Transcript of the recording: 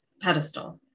pedestal